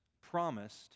promised